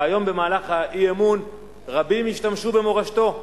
והיום במהלך האי-אמון רבים השתמשו במורשתו.